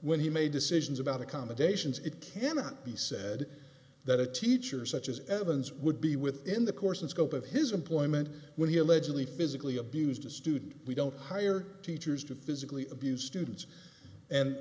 when he made decisions about accommodations it cannot be said that a teacher such as evans would be within the course and scope of his employment when he allegedly physically abused the student we don't hire teachers to physically abuse students and